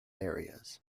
areas